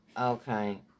Okay